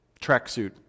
tracksuit